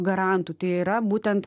garantų tai yra būtent